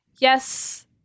yes